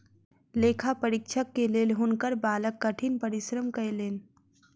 लेखा परीक्षक के लेल हुनकर बालक कठिन परिश्रम कयलैन